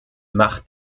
macht